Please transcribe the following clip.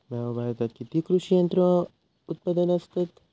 भाऊ, भारतात किती कृषी यंत्रा उत्पादक असतत